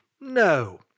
No